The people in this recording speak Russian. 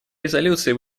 резолюции